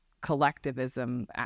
collectivism